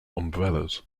umbrellas